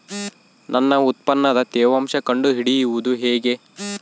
ನನ್ನ ಉತ್ಪನ್ನದ ತೇವಾಂಶ ಕಂಡು ಹಿಡಿಯುವುದು ಹೇಗೆ?